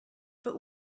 but